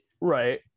right